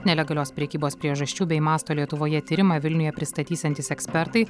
nelegalios prekybos priežasčių bei masto lietuvoje tyrimą vilniuje pristatysiantys ekspertai